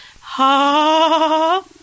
Ha